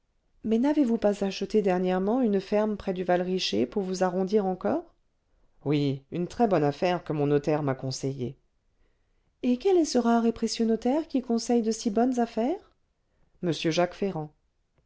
mais n'avez-vous pas acheté dernièrement une ferme près du val richer pour vous arrondir encore oui une très-bonne affaire que mon notaire m'a conseillée et quel est ce rare et précieux notaire qui conseille de si bonnes affaires m jacques ferrand